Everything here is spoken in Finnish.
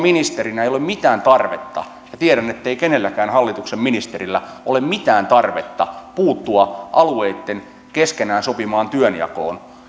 ministerinä ei ole mitään tarvetta ja tiedän ettei kenelläkään hallituksen ministerillä ole mitään tarvetta puuttua alueitten keskenään sopimaan työnjakoon